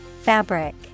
Fabric